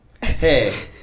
Hey